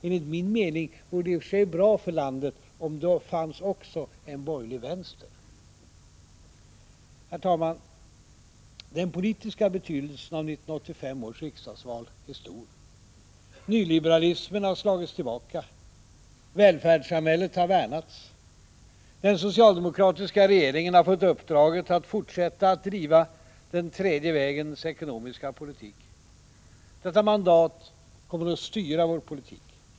Enligt min mening vore det i och för sig bra för landet om det fanns också en borgerlig vänster. Herr talman! Den politiska betydelsen av 1985 års riksdagsval är stor. Nyliberalismen har slagits tillbaka. Välfärdssamhället har värnats. Den socialdemokratiska regeringen har fått uppdraget att fortsätta att driva den tredje vägens ekonomiska politik. Detta mandat kommer att styra vår politik.